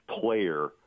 player